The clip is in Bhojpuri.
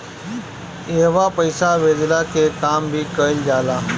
इहवा पईसा भेजला के काम भी कइल जाला